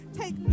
take